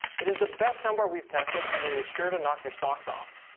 it is the best soundbar we've tested and is sure to knock your socks off.